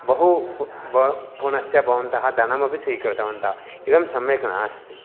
बहु पुनश्च भवन्तः धनमपि स्वीकृतवन्तः इदं सम्यक् नास्ति